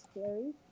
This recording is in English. scary